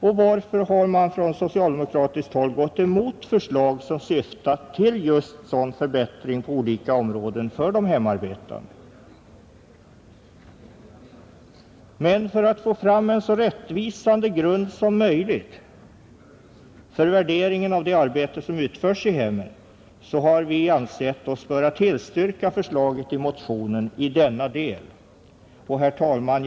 Och varför har socialdemokraterna gått emot förslag som syftat till sådan förbättring på olika områden för de hemarbetande? För att få fram en så rättvisande grund som möjligt för värderingen av det arbete som utförs i hemmen har vi reservanter ansett oss böra tillstyrka förslaget i motionen i denna del. Herr talman!